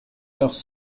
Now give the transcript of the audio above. leurs